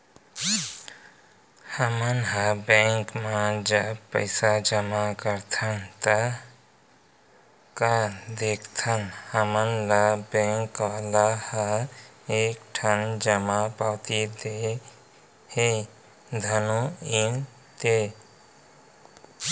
हमन ह बेंक म जब पइसा जमा करथन ता का देखथन हमन ल बेंक वाले ह एक ठन जमा पावती दे हे धुन नइ ते